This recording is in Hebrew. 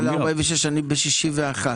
אתה מדבר על סעיף 46. אני מדבר על סעיף 61,